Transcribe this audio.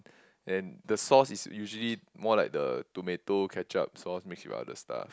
and the sauce is usually more like the tomato ketchup sauce mixed with other stuff